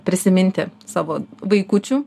prisiminti savo vaikučių